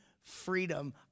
freedom